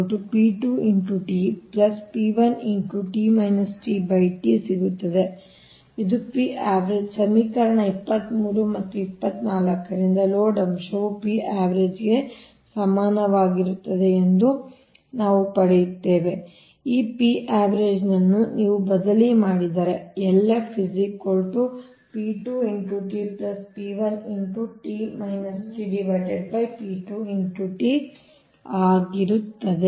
ಆದ್ದರಿಂದ ಅದು P avg ಸಮೀಕರಣ 23 ಮತ್ತು 24 ರಿಂದ ಲೋಡ್ ಅಂಶವು ಈ P avg ಗೆ ಸಮನಾಗಿರುತ್ತದೆ ಎಂದು ನಾವು ಪಡೆಯುತ್ತೇವೆ ಈ P avg ನನ್ನು ನೀವು ಬದಲಿ ಮಾಡಿದರೆ ಆಗಿರುತ್ತದೆ